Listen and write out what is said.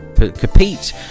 compete